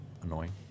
annoying